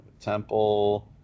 Temple